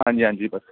ਹਾਂਜੀ ਹਾਂਜੀ ਪ